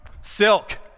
Silk